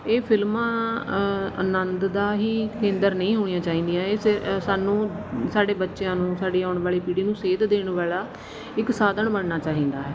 ਇਹ ਫਿਲਮਾਂ ਆਨੰਦ ਦਾ ਹੀ ਕੇਂਦਰ ਨਹੀਂ ਹੋਣੀਆਂ ਚਾਹੀਦੀਆਂ ਇਹ ਸੇ ਸਾਨੂੰ ਸਾਡੇ ਬੱਚਿਆਂ ਨੂੰ ਸਾਡੀ ਆਉਣ ਵਾਲੀ ਪੀੜੀ ਨੂੰ ਸੇਧ ਦੇਣ ਵਾਲਾ ਇੱਕ ਸਾਧਨ ਬਣਨਾ ਚਾਹੀਦਾ ਹੈ